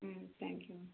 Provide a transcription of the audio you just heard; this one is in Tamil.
ம் தேங்க்யூ